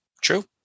True